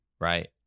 right